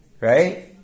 right